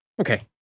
Okay